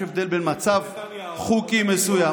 יש הבדל בין מצב חוקי מסוים